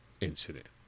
incident